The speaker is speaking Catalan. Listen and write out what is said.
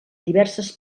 diverses